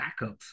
backups